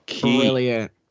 brilliant